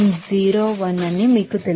001 అని మీకు తెలుసు